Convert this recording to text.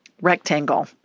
rectangle